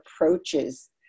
approaches